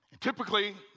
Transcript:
Typically